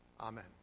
Amen